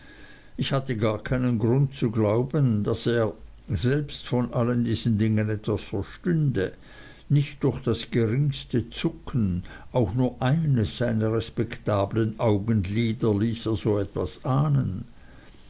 ich hatte gar keinen grund zu glauben daß er selbst von allen diesen dingen etwas verstünde nicht durch das geringste zucken auch nur eines seiner respektabeln augenlider ließ er so etwas ahnen